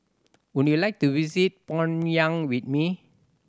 would you like to visit Pyongyang with me